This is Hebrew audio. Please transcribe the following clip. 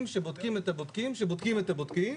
שבודקים את הבודקים שבודקים את הבודקים,